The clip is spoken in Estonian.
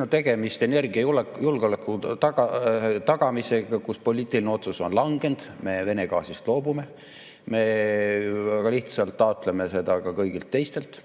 on tegemist energiajulgeoleku tagamisega, kus poliitiline otsus on langenud: me Vene gaasist loobume ja me taotleme seda ka kõigilt teistelt.